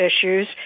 issues